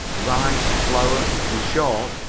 rice, flour in short,